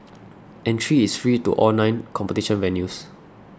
entry is free to all nine competition venues